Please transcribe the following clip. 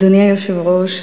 אדוני היושב-ראש,